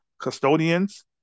custodians